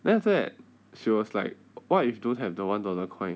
then after that she was like what if don't have the one dollar coin